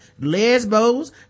lesbos